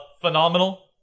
phenomenal